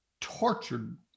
tortured